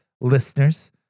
Listeners